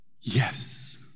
Yes